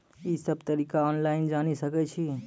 ई सब तरीका ऑनलाइन जानि सकैत छी?